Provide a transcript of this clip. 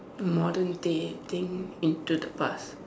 modern day thing into the past